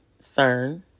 CERN